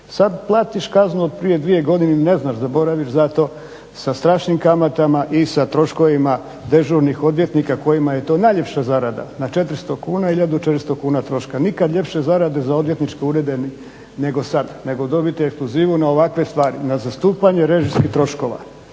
Sad platiš kaznu od prije 2 godine ni ne znaš, zaboraviš zato sa strašnim kamatama i sa troškovima dežurnih odvjetnika kojima je to najljepša zarada na 400 kuna, hiljadu 400 kuna troška, nikad ljepše zarade za odvjetničke urede nego sad, nego dobiti ekskluzivu na ovakve stvari, na zastupanju režijskih troškova.